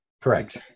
correct